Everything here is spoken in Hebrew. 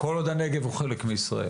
כל עוד הנגב הוא חלק מישראל.